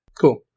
Cool